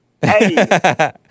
Hey